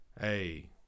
Hey